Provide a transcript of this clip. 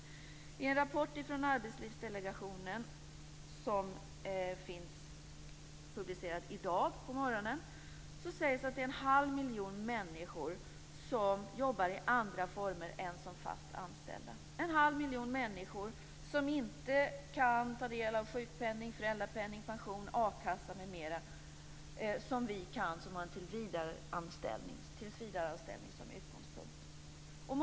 I en rapport från Arbetslivsdelegationen som publicerades i dag på morgonen sägs att det är en halv miljon människor som jobbar i andra former än som fast anställda. Det är en halv miljon människor som inte kan ta del av sjukpenning, föräldrapenning, pension och a-kassa, som vi kan som har en tillsvidareanställning som utgångspunkt.